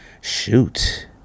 shoot